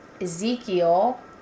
Ezekiel